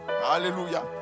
Hallelujah